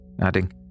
adding